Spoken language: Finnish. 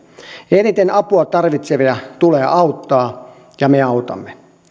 eniten apua tarvitsevia tulee auttaa ja me autamme